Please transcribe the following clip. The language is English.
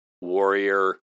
warrior